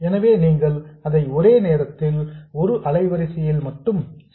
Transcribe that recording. எனவே நீங்கள் அதை ஒரே நேரத்தில் ஒரு அலைவரிசையில் மட்டும் செய்ய வேண்டும்